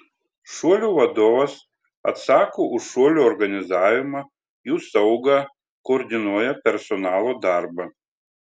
šuolių vadovas atsako už šuolių organizavimą jų saugą koordinuoja personalo darbą